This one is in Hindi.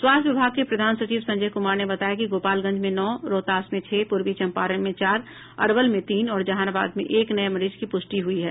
स्वास्थ्य विभाग के प्रधान सचिव संजय कुमार ने बताया है कि गोपालगंज में नौ रोहतास में छह पूर्वी चम्पारण में चार अरवल में तीन और जहानाबाद में एक नये मरीज की पुष्टि हुई हैं